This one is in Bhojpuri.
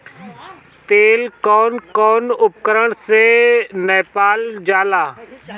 तेल कउन कउन उपकरण से नापल जाला?